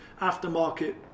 aftermarket